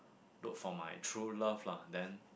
look for my true love lah then